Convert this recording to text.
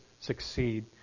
succeed